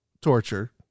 torture